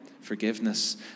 Forgiveness